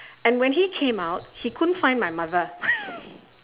and when he came out he couldn't find my mother